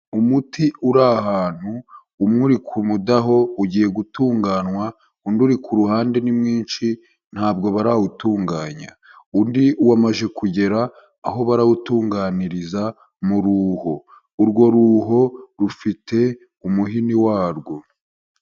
Umuti uri ahantu, umwe uri ku mudaho ugiye gutunganywa, undi uri ku ruhande ni mwinshi ntabwo barawutunganya, undi wamaze kugera aho barawutunganiriza mu ruho, urwo ruho rufite umuhini warwo.